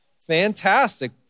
fantastic